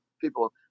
people